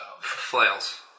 Flails